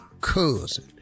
cousin